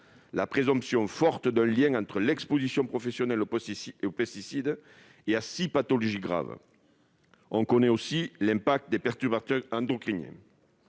la présomption forte d'un lien entre l'exposition professionnelle aux pesticides et six pathologies graves. On connaît aussi l'impact des perturbateurs endocriniens.